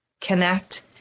connect